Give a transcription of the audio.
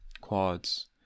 quads